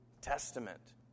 testament